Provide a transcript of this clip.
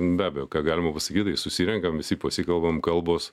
be abejo ką galima pasakyt tai susirenkam visi pasikalbam kalbos